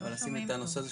רבים ורבות, טובים וטובות.